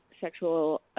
sexual